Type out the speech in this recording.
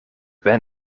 ben